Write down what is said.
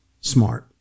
smart